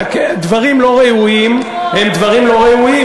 דברים לא ראויים הם דברים לא ראויים,